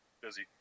busy